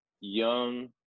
young